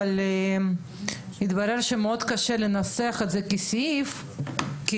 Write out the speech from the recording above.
אבל התברר שמאוד קשה לנסח את זה כסעיף כי